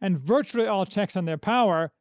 and virtually all checks on their power